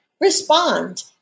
respond